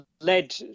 led